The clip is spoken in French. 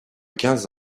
quinze